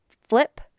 flip